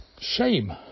shame